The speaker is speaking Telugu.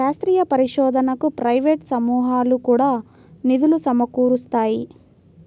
శాస్త్రీయ పరిశోధనకు ప్రైవేట్ సమూహాలు కూడా నిధులు సమకూరుస్తాయి